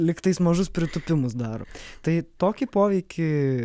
lygtais mažus pritūpimus daro tai tokį poveikį